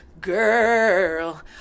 girl